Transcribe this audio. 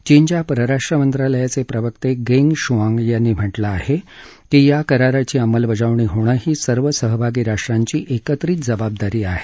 चीनच्या परराष्ट्र मंत्रालयाचे प्रवक्ते गेंग शुआंग यांनी म्हटलं आहे की या कराराची अंमलबजावणी होणं ही सर्व सहभागी राष्ट्रांची एकत्रित जबाबदारी आहे